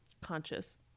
conscious